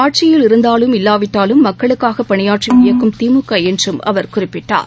ஆட்சியில் இருந்தாலும் இல்லாவிட்டாலும் மக்களுக்காக பணியாற்றும் இயக்கம் திமுக என்றும் அவர் குறிப்பிட்டார்